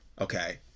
Okay